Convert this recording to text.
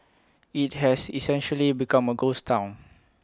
IT has essentially become A ghost Town